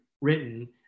written